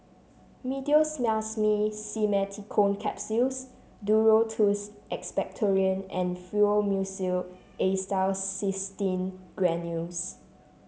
Meteospasmyl Simeticone Capsules Duro Tuss Expectorant and Fluimucil Acetylcysteine Granules